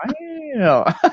Wow